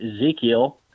Ezekiel